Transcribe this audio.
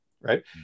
right